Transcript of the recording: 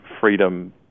freedom